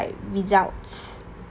without